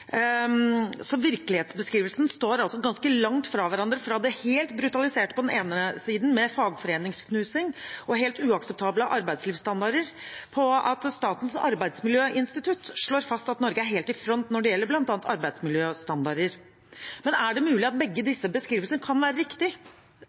Så virkelighetsbeskrivelsene står altså ganske langt fra hverandre – fra det helt brutaliserte på den ene siden, med fagforeningsknusing og helt uakseptable arbeidslivsstandarder, til at Statens arbeidsmiljøinstitutt slår fast at Norge er helt i front når det gjelder bl.a. arbeidsmiljøstandarder. Men er det mulig at begge